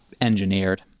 engineered